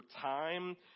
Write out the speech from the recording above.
time